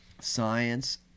science